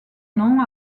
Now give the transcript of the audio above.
nom